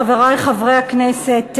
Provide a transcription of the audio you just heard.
חברי חברי הכנסת,